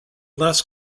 less